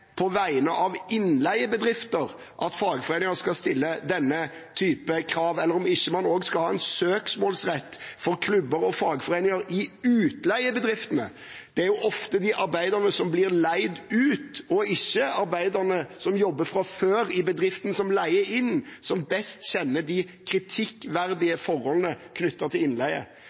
på vegne av innleiebedrifter at fagforeninger skal stille denne typen krav, eller om man ikke også skal ha en søksmålsrett for klubber og fagforeninger i utleiebedriftene. Det er jo ofte arbeiderne som blir leid ut, og ikke arbeiderne som fra før av jobber i bedriften som leier inn, som best kjenner de kritikkverdige forholdene knyttet til innleie.